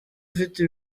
ufite